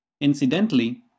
Incidentally